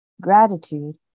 gratitude